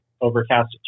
overcast